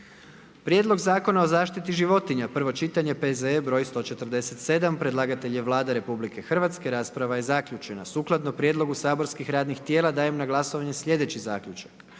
brodova i luka, prvo čitanje P.Z.E. br. 143. Predlagatelj je Vlada Republike Hrvatske. Rasprava je zaključena. Sukladno prijedlogu saborskih radnih tijela, dajem na glasovanje sljedeći zaključak: